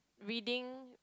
reading